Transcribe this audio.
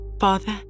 Father